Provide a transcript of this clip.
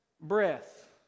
breath